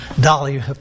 Dolly